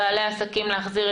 שבעלי האולמות הם רמאים?